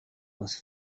was